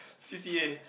C_C_A